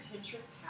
Pinterest